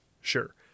Sure